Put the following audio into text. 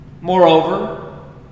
Moreover